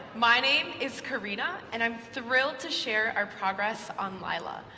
my name is karina, and i'm thrilled to share our progress on, lila,